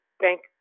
thank